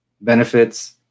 benefits